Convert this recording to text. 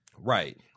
Right